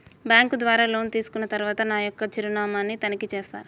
Bank ద్వారా loan తీసుకున్న తరువాత నా యొక్క చిరునామాని తనిఖీ చేస్తారా?